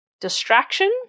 distraction